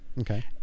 Okay